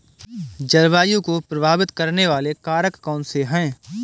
जलवायु को प्रभावित करने वाले कारक कौनसे हैं?